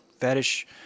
fetish